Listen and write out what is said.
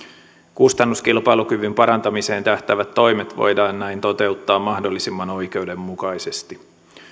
kustannuskilpailukyvyn parantamiseen tähtäävät toimet voidaan näin toteuttaa mahdollisimman oikeudenmukaisesti